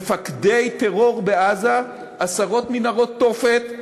מפקדי טרור בעזה, עשרות מנהרות תופת,